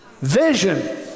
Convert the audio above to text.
Vision